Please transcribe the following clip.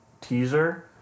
teaser